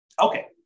Okay